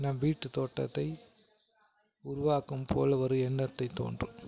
நாம் வீட்டு தோட்டத்தை உருவாக்கும் போல் ஒரு எண்ணத்தை தோன்றும்